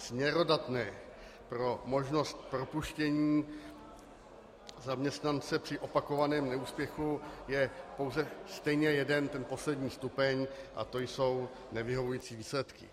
Směrodatné pro možnost propuštění zaměstnance při opakovaném neúspěchu je pouze stejně jeden, ten poslední stupeň, a to jsou nevyhovující výsledky.